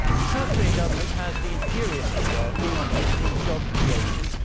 the south korean government has been furiously working on boosting job creation.